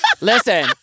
Listen